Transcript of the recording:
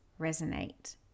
resonate